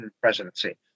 presidency